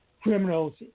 criminals